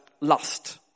lust